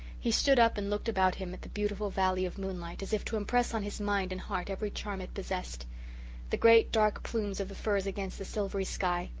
he stood up and looked about him at the beautiful valley of moonlight, as if to impress on his mind and heart every charm it possessed the great dark plumes of the firs against the silvery sky,